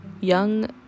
Young